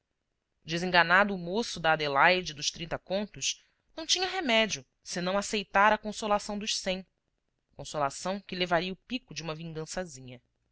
o moço da adelaide e dos trinta contos não tinha remédio senão aceitar a consolação dos cem consolação que levaria o pico de uma